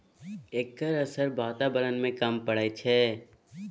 एकर असर बाताबरण में कम परय छै